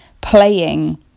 playing